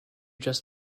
just